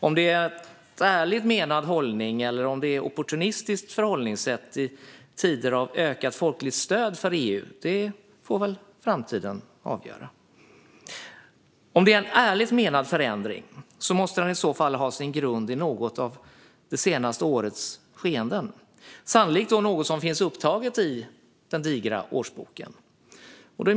Om det är en ärligt menad hållning eller om det är ett opportunistiskt förhållningssätt i tider av ökat folkligt stöd för EU får framtiden avgöra. Om det är en ärligt menad förändring måste den i så fall ha sin grund i något av det senaste årets skeenden, sannolikt något som finns upptaget i den digra årsboken.